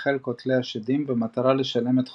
לחיל קוטלי השדים במטרה לשלם את חובותיו.